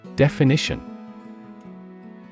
Definition